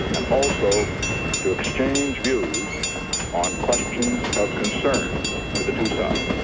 and also to exchange views on questions of concern to the two sides.